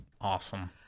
Awesome